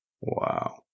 Wow